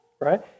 right